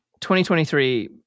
2023